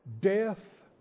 death